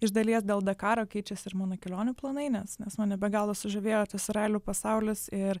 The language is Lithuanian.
iš dalies dėl dakaro keičiasi ir mano kelionių planai nes nes mane be galo sužavėjo tas ralių pasaulis ir